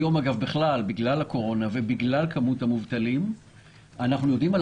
היום בגלל הקורונה ובגלל כמות המובטלים אנחנו יודעים על